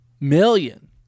million